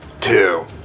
Two